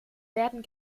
werden